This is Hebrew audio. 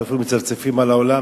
אנחנו אפילו מצפצפים על העולם,